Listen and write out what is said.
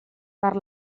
per